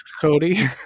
Cody